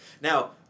Now